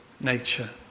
nature